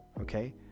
okay